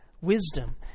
Wisdom